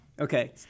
Okay